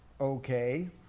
Okay